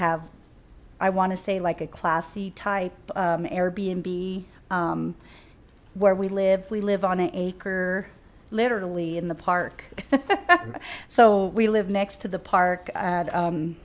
have i want to say like a classy type air b and b where we live we live on an acre literally in the park so we live next to the park